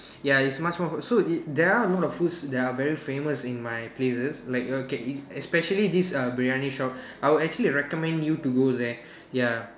ya it's much more so it there are a lot of foods that are very famous in my places like okay especially this uh biryani shop I would actually recommend you to go there ya